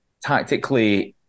tactically